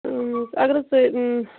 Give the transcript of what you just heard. اۭں اگر حَظ تُہۍ